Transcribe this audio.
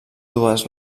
dues